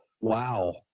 Wow